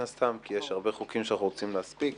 כי יש הרבה חוקים שאנחנו רוצים להספיק.